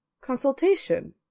Consultation